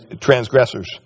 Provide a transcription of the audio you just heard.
transgressors